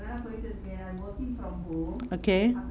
okay